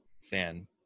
fan